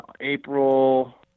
April